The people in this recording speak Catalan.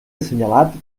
assenyalat